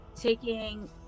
taking